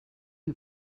who